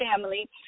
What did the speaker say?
family